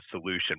solution